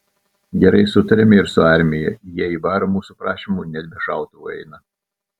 gerai sutariame ir su armija jie į barą mūsų prašymu net be šautuvų eina